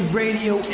radio